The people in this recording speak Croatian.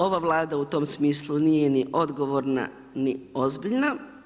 Ova Vlada u tom smislu nije ni odgovorna ni ozbiljna.